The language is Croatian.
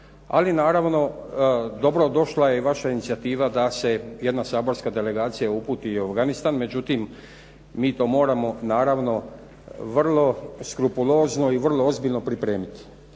Ali naravno dobro došla je i vaša inicijativa da se jedna saborska delegacija uputi i u Afganistan. Međutim, mi to moramo naravno vrlo skrupulozno i vrlo ozbiljno pripremiti.